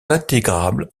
intégrables